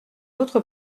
autre